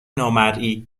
نامرئی